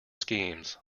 schemes